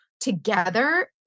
together